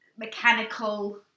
Mechanical